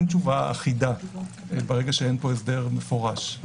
אין תשובה אחידה כאשר אין פה הסדר מפורש.